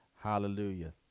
Hallelujah